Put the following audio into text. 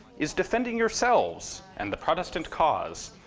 is defending yourselves, and the protestant cause.